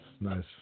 nice